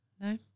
No